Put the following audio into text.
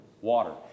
Water